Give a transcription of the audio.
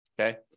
Okay